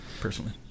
personally